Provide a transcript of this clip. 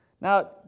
Now